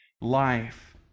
life